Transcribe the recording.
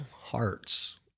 hearts